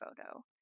photo